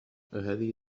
أهذه